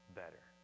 better